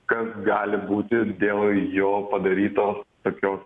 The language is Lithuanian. kas gali būti dėl jo padaryto tokio